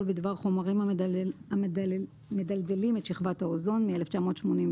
בדבר חומרים המדלדלים את שכבת האוזון מ-1987,